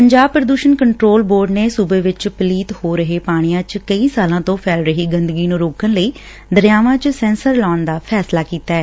ਪੰਜਾਬ ਪੁਦੁਸਣ control board ਨੇ ਸੁਬੇ ਵਿਚ ਪਲੀਤ ਹੋ ਰਹੇ ਪਾਣੀਆਂ ਚ ਕਈ ਸਾਲਾਂ ਤੋਂ ਫੈਲ ਰਹੀ ਗੰਦਗੀ ਨੂੰ ਰੋਕਣ ਲਈ ਦਰਿਆਵਾਂ ਚ ਸੈਂਸਰ ਲਾਉਣ ਦਾ ਫੈਸਲਾ ਕੀਤੈ